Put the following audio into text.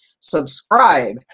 subscribe